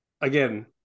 Again